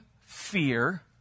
fear